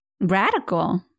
radical